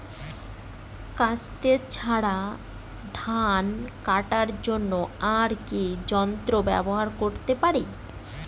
কাস্তে ছাড়া ধান কাটার জন্য আর কি যন্ত্র ব্যবহার করতে পারি?